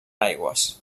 aigües